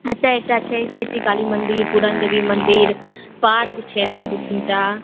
एतए एकता छै सिद्धि काली मन्दिर पूरन देवी मन्दिर पार्क छै एतए दू तीन टा